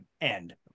end